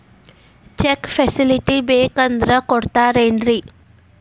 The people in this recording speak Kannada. ಚೆಕ್ ಫೆಸಿಲಿಟಿ ಬೇಕಂದ್ರ ಕೊಡ್ತಾರೇನ್ರಿ?